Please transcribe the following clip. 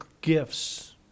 gifts